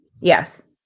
Yes